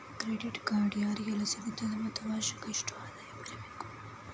Credit card ಯಾರಿಗೆಲ್ಲ ಸಿಗುತ್ತದೆ ಮತ್ತು ವಾರ್ಷಿಕ ಎಷ್ಟು ಆದಾಯ ಇರಬೇಕು?